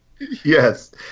Yes